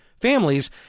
families